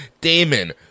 Damon